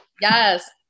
Yes